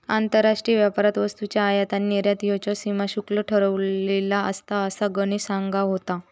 आंतरराष्ट्रीय व्यापारात वस्तूंची आयात आणि निर्यात ह्येच्यावर सीमा शुल्क ठरवलेला असता, असा गणेश सांगा होतो